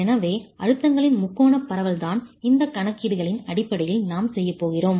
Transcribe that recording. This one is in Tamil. எனவே அழுத்தங்களின் முக்கோணப் பரவல்தான் இந்தக் கணக்கீடுகளின் அடிப்படையில் நாம் செய்யப் போகிறோம்